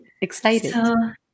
excited